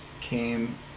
came